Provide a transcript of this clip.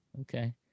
Okay